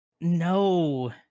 No